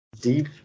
Deep